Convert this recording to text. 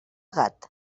gat